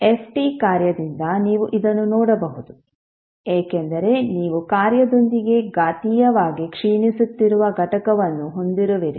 f t ಕಾರ್ಯದಿಂದ ನೀವು ಇದನ್ನು ನೋಡಬಹುದು ಏಕೆಂದರೆ ನೀವು ಕಾರ್ಯದೊಂದಿಗೆ ಘಾತೀಯವಾಗಿ ಕ್ಷೀಣಿಸುತ್ತಿರುವ ಘಟಕವನ್ನು ಹೊಂದಿರುವಿರಿ